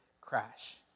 crash